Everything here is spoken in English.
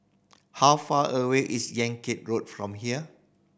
how far away is Yan Kit Road from here